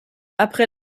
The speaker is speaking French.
après